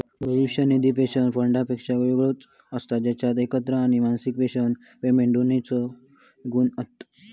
भविष्य निधी पेंशन फंडापेक्षा वेगळो असता जेच्यात एकत्र आणि मासिक पेंशन पेमेंट दोन्हिंचे गुण हत